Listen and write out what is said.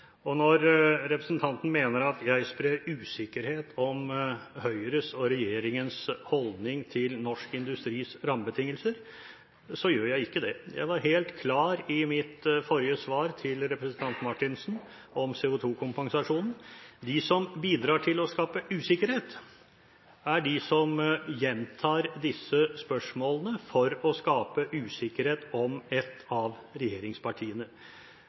oppfatning. Når vi inngår forlik, inngår vi det med samarbeidspartnerne og med regjeringspartnerne. Representanten mener at jeg sprer usikkerhet om Høyres og regjeringens holdning til norsk industris rammebetingelser. Jeg gjør ikke det. Jeg var helt klar i mitt svar til representanten Marthinsen om CO2-kompensasjonen. De som bidrar til å skape usikkerhet, er de som gjentar disse spørsmålene for å skape usikkerhet om et av regjeringspartiene.